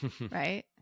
right